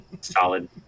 Solid